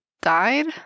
died